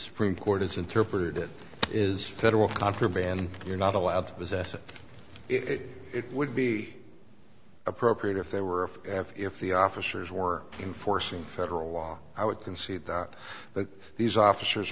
supreme court has interpreted it is federal contraband you're not allowed to possess it it would be appropriate if they were if if the officers were enforcing federal law i would concede that these officers